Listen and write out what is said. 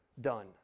done